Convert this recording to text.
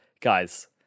guys